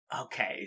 okay